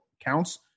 counts